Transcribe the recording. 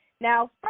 Now